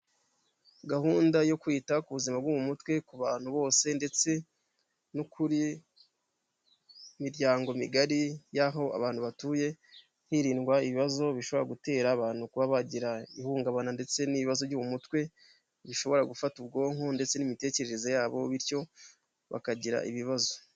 Gahunda yo kwita ku buzima bwo mu mutwe ku bantu bose, ndetse no ku miryango migari y'aho abantu batuye, hirindwa ibibazo bishobora gutera abantu kuba bagira ihungabana ndetse n'ibibazo byo mu mutwe, bishobora gufata ubwonko, ndetse n'imitekerereze yabo bityo bakagira ibibazo.